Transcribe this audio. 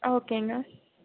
ஓகேங்க